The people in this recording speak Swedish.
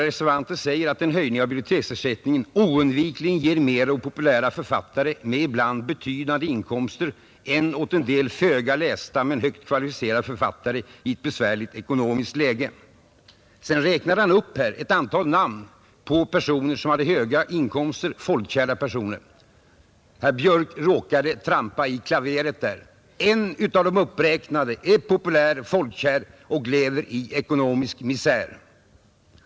Reservanterna skriver att höjningar av biblioteksersättningen synes ”oundvikligen ge mer åt populära författare med ibland betydande inkomster än åt en del föga lästa men högt kvalificerade författare i ett besvärligt ekonomiskt läge”. Sedan räknade han upp ett antal namn på folkkära författare med höga inkomster. Herr Björk råkade emellertid där trampa i klaveret. En av de uppräknade är nämligen populär och folkkär men lever under besvärliga ekonomiska förhållanden.